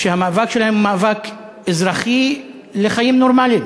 שהמאבק שלהם הוא מאבק אזרחי לחיים נורמליים.